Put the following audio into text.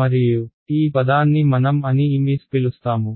మరియు ఈ పదాన్ని మనం అని Ms పిలుస్తాము